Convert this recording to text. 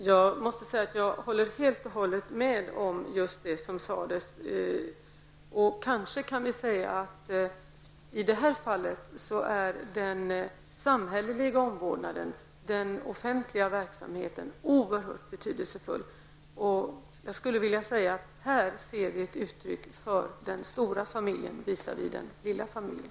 Herr talman! Jag håller helt med om det som har sagts. I det här fallet är den samhälleliga omvårdnaden, den offentliga verksamheten, oerhört betydelsefull. Här ser vi ett uttryck för den stora familjen visavi den lilla familjen.